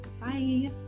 Bye